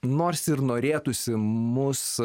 nors ir norėtųsi mus